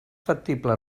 factible